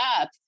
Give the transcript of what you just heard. up